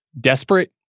Desperate